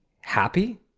happy